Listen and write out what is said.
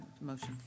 motion